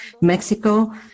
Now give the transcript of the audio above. Mexico